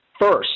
First